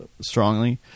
strongly